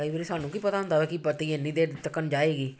ਕਈ ਵਾਰੀ ਸਾਨੂੰ ਕੀ ਪਤਾ ਹੁੰਦਾ ਕਿ ਬੱਤੀ ਇੰਨੀ ਦੇਰ ਤੱਕ ਜਾਏਗੀ